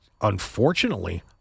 unfortunately